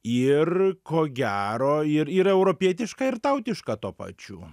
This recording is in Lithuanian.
ir ko gero ir ir europietiška ir tautiška tuo pačiu